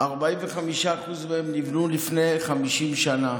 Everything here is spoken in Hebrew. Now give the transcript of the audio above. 45% מהן נבנו לפני 50 שנה.